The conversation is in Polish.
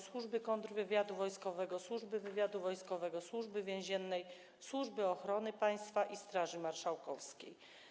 Służby Kontrwywiadu Wojskowego, Służby Wywiadu Wojskowego, Służby Więziennej, Służby Ochrony Państwa i Straży Marszałkowskiej.